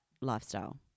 lifestyle